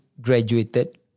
graduated